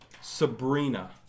Sabrina